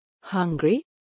Hungry